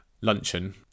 luncheon